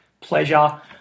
pleasure